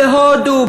בהודו,